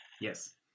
Yes